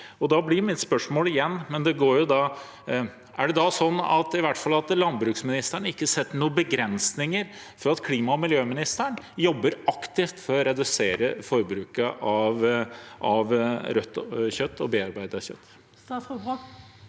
Da blir mitt spørsmål igjen: Er det slik at landbruksministeren i hvert fall ikke setter noen begrensninger for at klima- og miljøministeren kan jobbe aktivt for å redusere forbruket av rødt kjøtt og bearbeidet kjøtt?